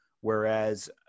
whereas